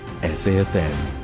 SAFM